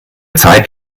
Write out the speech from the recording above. zeit